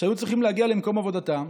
שצריכים להגיע למקום עבודתם,